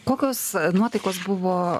kokios nuotaikos buvo